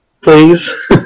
Please